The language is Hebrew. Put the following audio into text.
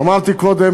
אמרתי קודם,